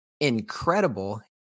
incredible